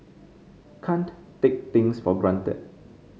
can't take things for granted